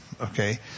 okay